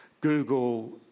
Google